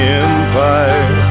empire